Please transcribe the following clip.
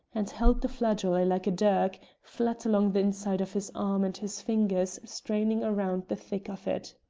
and held the flageolet like a dirk, flat along the inside of his arm and his fingers straining round the thick of it.